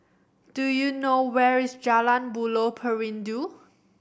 do you know where is Jalan Buloh Perindu